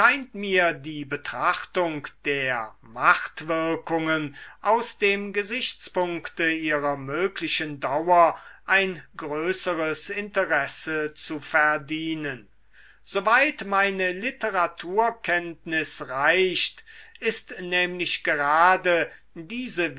mir die betrachtung der machtwirkungen aus dem gesichtspunkte ihrer möglichen dauer ein größeres interesse zu verdienen soweit meine literaturkenntnis reicht ist nämlich gerade diese